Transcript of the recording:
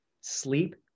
Sleep